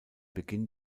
beginn